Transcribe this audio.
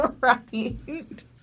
right